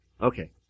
Okay